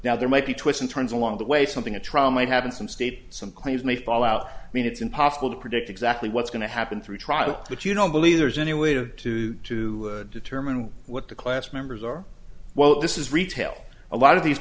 now there might be twists and turns along the way something a trial might happen some state some claims may fall out i mean it's impossible to predict exactly what's going to happen through trial but you don't believe there's any way to to to determine what the class members are while this is retail a lot of these